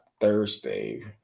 Thursday